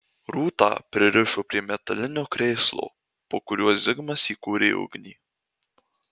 rūtą pririšo prie metalinio krėslo po kuriuo zigmas įkūrė ugnį